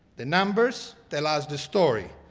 the numbers tell us the story.